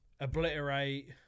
obliterate